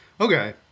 Okay